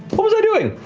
what was i doing?